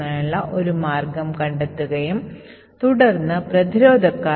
canary ഒരു compiler പ്രതിരോധ സംവിധാനമാണ്